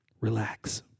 Relax